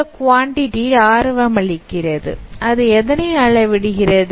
இந்த குவாண்டிடி ஆர்வம் அளிக்கிறது அது எதனை அளவிடுகிறது